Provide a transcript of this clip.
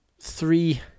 three